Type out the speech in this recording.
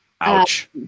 Ouch